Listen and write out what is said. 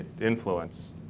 influence